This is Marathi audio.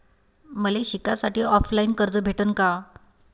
मले शिकासाठी ऑफलाईन कर्ज भेटन का?